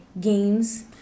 games